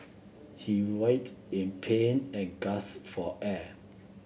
he writhed in pain and gasped for air